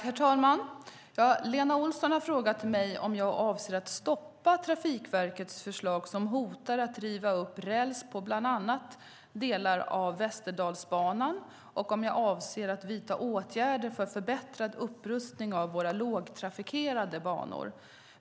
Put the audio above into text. Herr talman! Lena Olsson har frågat mig om jag avser att stoppa Trafikverkets förslag som hotar att riva upp räls på bland annat delar av Västerdalsbanan och om jag avser att vidta åtgärder för förbättrad upprustning av våra lågtrafikerade banor.